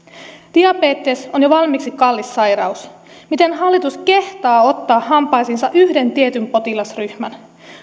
diabetes on jo valmiiksi kallis sairaus miten hallitus kehtaa ottaa hampaisiinsa yhden tietyn potilasryhmän